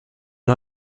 not